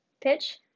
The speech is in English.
Pitch